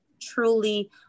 truly